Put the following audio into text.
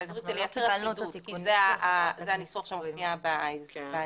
האזורית כי הניסוח שמופיע ברב אזורי.